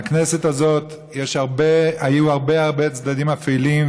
לכנסת הזאת היו הרבה הרבה צדדים אפלים,